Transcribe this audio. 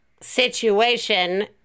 situation